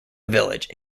village